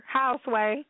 houseway